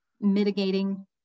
mitigating